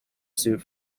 suit